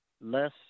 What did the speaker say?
Less